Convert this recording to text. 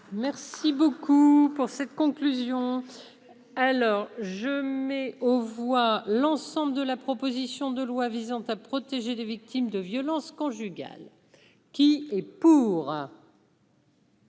Merci beaucoup pour cette conclusion alors je mets aux voix l'ensemble de la proposition de loi visant à protéger les victimes de violences conjugales, qui est pour.